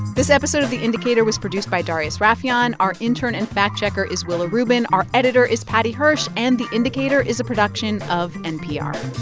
this episode of the indicator was produced by darius rafieyan. our intern and fact-checker is willa rubin. our editor is paddy hirsch. and the indicator is a production of npr